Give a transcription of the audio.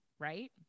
Right